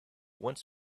wants